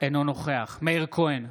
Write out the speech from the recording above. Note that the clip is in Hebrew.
אינו נוכח מאיר כהן,